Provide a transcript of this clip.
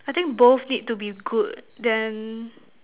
I think both need to be good then